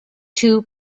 two